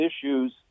issues